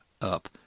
up